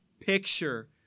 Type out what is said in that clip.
picture